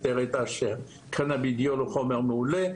והיא הראתה שקנבידיול הוא חומר מעולה.